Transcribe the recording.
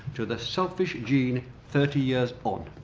to the selfish gene thirty years on.